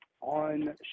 on